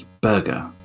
burger